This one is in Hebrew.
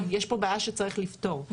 יש פה בעיה שצריך לפתור,